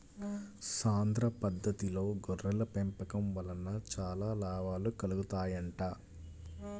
సాంద్ర పద్దతిలో గొర్రెల పెంపకం వలన చాలా లాభాలు కలుగుతాయంట